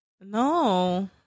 No